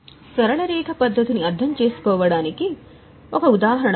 కాబట్టి ఇక్కడ ఒక ఉదాహరణ ఉంది